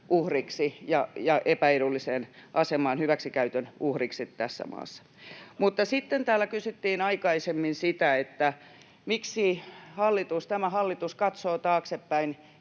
ja epäedulliseen asemaan, hyväksikäytön uhreiksi tässä maassa. Sitten täällä kysyttiin aikaisemmin sitä, miksi tämä hallitus katsoo taaksepäin